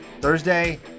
Thursday